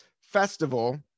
festival